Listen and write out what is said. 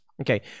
Okay